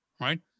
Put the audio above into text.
right